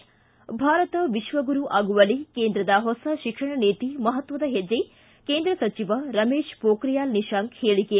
ಿ ಭಾರತ ವಿಶ್ವಗುರು ಆಗುವಲ್ಲಿ ಕೇಂದ್ರದ ಹೊಸ ಶಿಕ್ಷಣ ನೀತಿ ಮಹತ್ವದ ಹೆಜ್ಜೆ ಕೇಂದ್ರ ಸಚಿವ ಡಾಕ್ಟರ್ ರಮೇಶ್ ಪೋಖ್ರಿಯಾಲ್ ನಿಶಾಂಕ್ ಹೇಳಿಕೆ